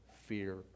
fear